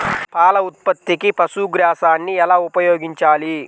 పాల ఉత్పత్తికి పశుగ్రాసాన్ని ఎలా ఉపయోగించాలి?